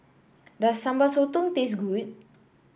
does Sambal Sotong taste good